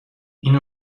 این